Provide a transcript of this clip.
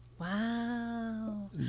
Wow